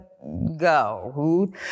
go